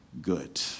good